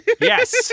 Yes